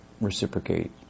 reciprocate